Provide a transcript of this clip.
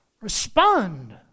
Respond